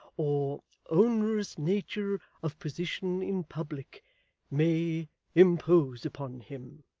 or onerous nature of position in public may impose upon him